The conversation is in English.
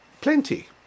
Plenty